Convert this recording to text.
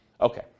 Okay